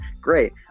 great